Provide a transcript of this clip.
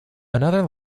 another